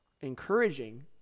encouraging